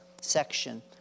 section